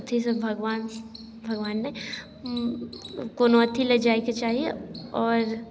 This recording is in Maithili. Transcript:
अथीसँ भगवान भगवान नहि कोनो अथी लऽ जाएके चाही आओर